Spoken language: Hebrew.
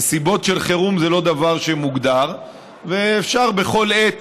נסיבות של חירום זה לא דבר שמוגדר ואפשר בכל עת